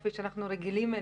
כפי שאנחנו רגילים.